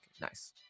Nice